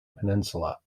peninsula